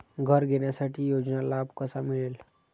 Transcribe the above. घर घेण्यासाठी योजनेचा लाभ कसा मिळेल?